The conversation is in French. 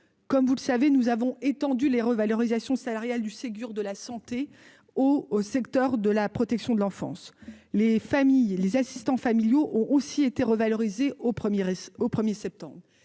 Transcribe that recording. comme vous le savez nous avons étendu les revalorisations salariales du Ségur de la santé au au secteur de la protection de l'enfance, les familles, les assistants familiaux aussi été au 1er au 1er septembre